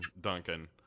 Duncan